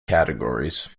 categories